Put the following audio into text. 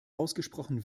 ausgesprochen